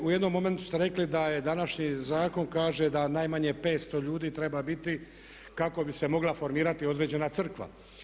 U jednom momentu ste rekli da današnji zakon kaže da najmanje 500 ljudi treba biti kako bi se mogla formirati određena crkva.